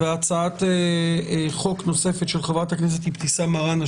והצעת חוק נוספת של אבתיסאם מראענה,